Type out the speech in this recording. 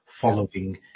following